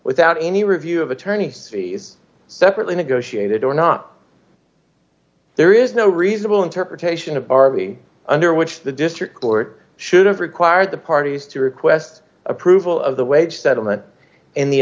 without any review of attorneys fees separately negotiated d or not there is no reasonable interpretation of rb under which the district court should have required the parties to request approval of the wage settlement in the